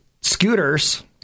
scooters